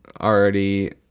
already